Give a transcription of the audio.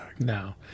no